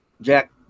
jack